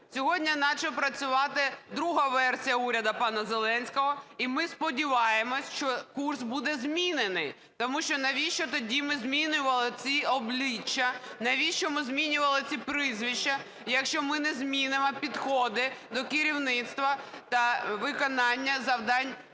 Сьогодні почала працювати друга версія пана Зеленського. І ми сподіваємося, що курс буде змінений. Тому що навіщо тоді ми змінювали ці обличчя, навіщо ми змінювали ці прізвища, якщо ми не змінимо підходи до керівництва та виконання завдань